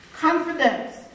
Confidence